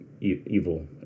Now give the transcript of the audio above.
evil